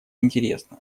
интересно